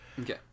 Okay